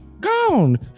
gone